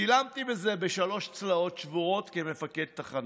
שילמתי על זה בשלוש צלעות שבורות כמפקד תחנה.